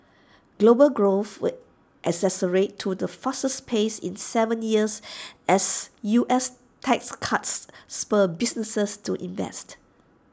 global growth will accelerate to the fastest pace in Seven years as U S tax cuts spur businesses to invest